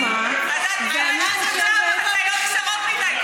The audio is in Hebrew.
לחברי כנסת אין קוד לבוש.